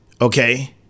Okay